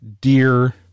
dear